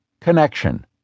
Connection